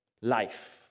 life